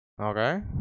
Okay